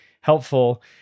helpful